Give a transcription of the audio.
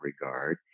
regard